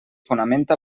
fonamenta